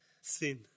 Sin